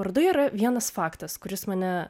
parodoje yra vienas faktas kuris mane